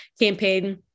campaign